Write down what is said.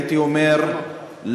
הייתי אומר,